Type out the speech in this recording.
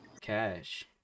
cash